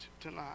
tonight